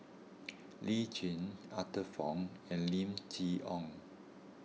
Lee Tjin Arthur Fong and Lim Chee Onn